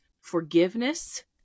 forgiveness